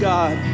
God